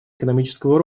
экономического